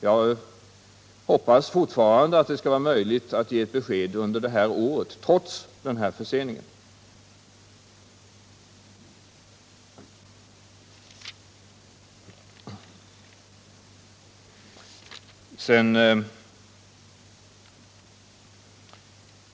Jag hoppas fortfarande att det skall vara möjligt att ge ett besked under det här året — trots förseningen.